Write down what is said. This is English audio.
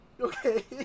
Okay